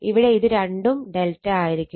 ഇവിടെ ഇത് രണ്ടും ∆ ആയിരിക്കും